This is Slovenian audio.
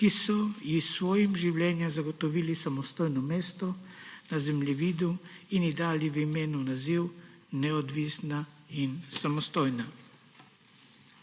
ki so ji s svojim življenjem zagotovili samostojno mesto na zemljevidu in ji dali v imenu naziv neodvisna in samostojna.